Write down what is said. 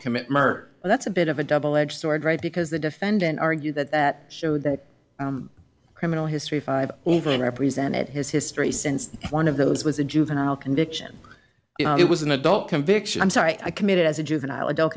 commit murder and that's a bit of a double edged sword right because the defendant argue that that showed that criminal history five even represented his history since one of those was a juvenile conviction it was an adult conviction i'm sorry i committed as a juvenile adult